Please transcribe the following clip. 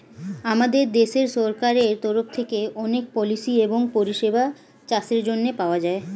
আমাদের দেশের সরকারের তরফ থেকে অনেক পলিসি এবং পরিষেবা চাষের জন্যে পাওয়া যায়